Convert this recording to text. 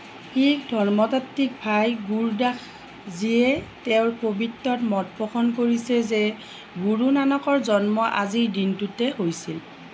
শিখ ধৰ্মতাত্ত্বিক ভাই গুৰদাস জীয়ে তেওঁৰ কবিত্তত মত পোষণ কৰিছে যে গুৰু নানকৰ জন্ম আজিৰ দিনটোতে হৈছিল